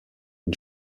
une